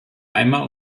einmal